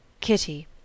Kitty—